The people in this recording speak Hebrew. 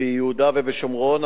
ביהודה ושומרון,